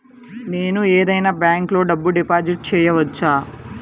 నేను ఏదైనా బ్యాంక్లో డబ్బు డిపాజిట్ చేయవచ్చా?